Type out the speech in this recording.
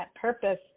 purpose